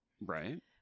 Right